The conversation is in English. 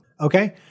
Okay